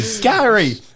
Gary